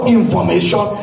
information